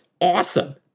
awesome